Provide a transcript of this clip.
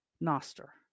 Noster